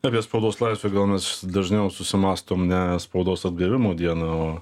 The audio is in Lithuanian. apie spaudos laisvę gal mes dažniau susimąstom ne spaudos atgavimo dieną o